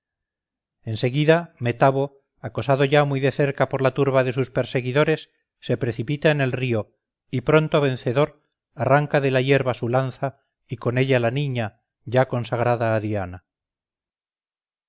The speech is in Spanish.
en seguida metabo acosado ya muy de cerca por la turba de sus perseguidores se precipita en el río y pronto vencedor arranca de la hierba su lanza y con ella la niña ya consagrada a diana